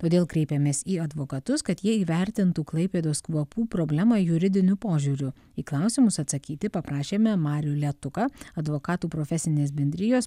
todėl kreipėmės į advokatus kad jie įvertintų klaipėdos kvapų problemą juridiniu požiūriu į klausimus atsakyti paprašėme marių liatuką advokatų profesinės bendrijos